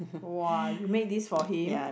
!wah! you made this for him